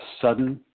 sudden